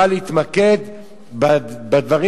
אבל להתמקד בדברים